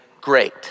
great